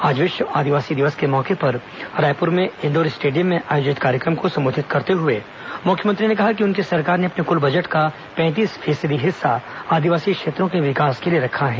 आज विश्व आदिवासी दिवस के मौके पर रायपुर के इंडोर स्टेडियम में आयोजित कार्यक्रम को संबोधित करते हुए मुख्यमंत्री ने कहा कि उनकी सरकार ने अपने कुल बजट का पैंतीस फीसदी हिस्सा आदिवासी क्षेत्रों के विकास के लिए रखा है